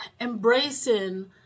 embracing